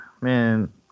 man